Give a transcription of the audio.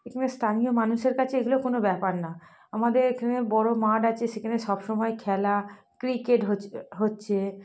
এখানে স্থানীয় মানুষের কাছে এগুলো কোনো ব্যাপার না আমাদের এখানে বড় মাঠ আছে সেখানে সব সময় খেলা ক্রিকেট হচ্ছে